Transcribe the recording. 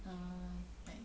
err like